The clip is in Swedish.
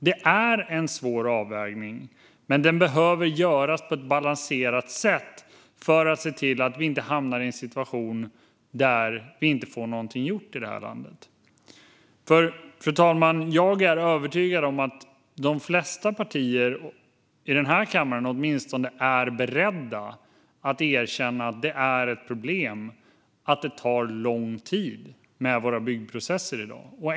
Det är en svår avvägning, men den behöver göras på ett balanserat sätt för att se till att vi inte hamnar i en situation där vi inte får någonting gjort i det här landet. Fru talman! Jag är övertygad om att de flesta partier här i kammaren åtminstone är beredda att erkänna att det är ett problem att det tar lång tid med våra byggprocesser i dag.